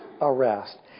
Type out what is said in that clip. arrest